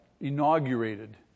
inaugurated